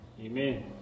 Amen